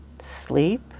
sleep